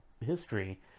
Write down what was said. history